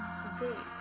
today